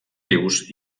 rius